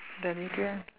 the mother